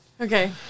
okay